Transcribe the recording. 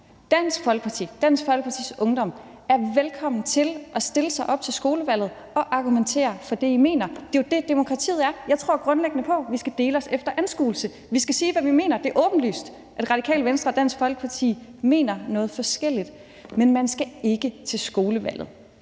Dansk Folkeparti, Dansk Folkepartis Ungdom, er velkommen til at stille sig op til skolevalget og argumentere for det, man mener. Det er jo det, demokratiet er. Jeg tror grundlæggende på, at vi skal dele os efter anskuelse; vi skal sige, hvad vi mener. Det er åbenlyst, at Radikale Venstre og Dansk Folkeparti mener noget forskelligt, men man skal ikke til skolevalget